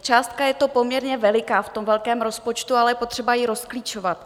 Částka je to poměrně veliká v tom velkém rozpočtu, ale je potřeba ji rozklíčovat.